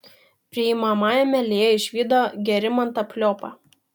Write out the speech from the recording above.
priimamajame lėja išvydo gerimantą pliopą